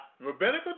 rabbinical